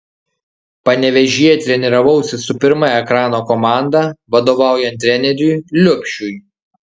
panevėžyje treniravausi su pirma ekrano komanda vadovaujant treneriui liubšiui